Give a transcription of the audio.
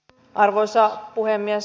arvoisa puhemies